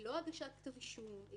היא לא הגשת כתב אישום,